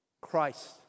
Christ